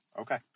okay